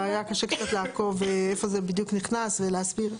היה קשה קצת לעקוב איפה זה בדיוק נכנס, ולהסביר,